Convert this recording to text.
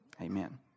Amen